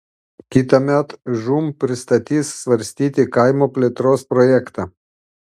kitąmet žūm pristatys svarstyti kaimo plėtros projektą